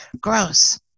gross